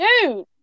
Dude